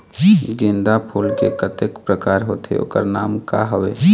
गेंदा फूल के कतेक प्रकार होथे ओकर नाम का हवे?